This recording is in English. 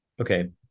Okay